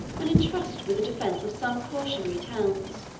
and intrusted with the defence of some cautionary towns